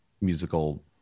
musical